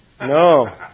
No